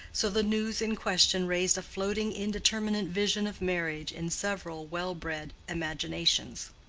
so the news in question raised a floating indeterminate vision of marriage in several well-bred imaginations.